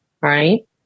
right